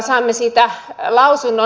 saamme siitä lausunnon